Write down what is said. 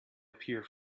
appear